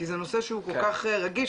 כי זה נושא שהוא כל כך רגיש,